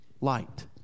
light